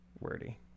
wordy